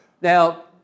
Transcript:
Now